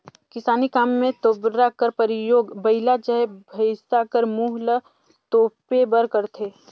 किसानी काम मे तोबरा कर परियोग बइला चहे भइसा कर मुंह ल तोपे बर करथे